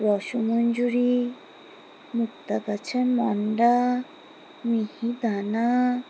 রসমঞ্জুরি মুক্তাগাছার মন্ডা মিহিদানা